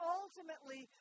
ultimately